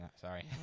Sorry